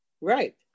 Right